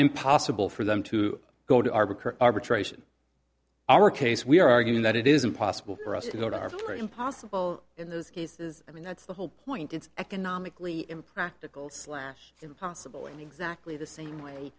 impossible for them to go to arbitration our case we are arguing that it is impossible for us to go to harbor impossible in those cases i mean that's the whole point it's economically impractical slash impossible and exactly the same way